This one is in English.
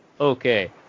okay